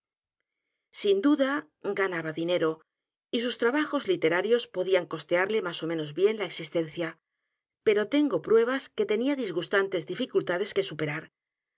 sin duda ganaba dinero y sus trabajos literarios p o dían costearle más ó menos bien la existencia pero tengo pruebas de que tenía disgustantes dificultades que superar